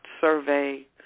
survey